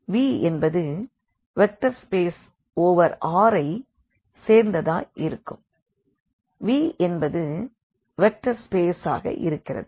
Vஎன்பது vector space over R ஐச் சேர்ந்ததாய் இருக்கும் Vஎன்பது வெக்டர் ஸ்பேஸ் ஆக இருக்கிறது